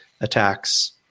attacks